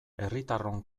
herritarron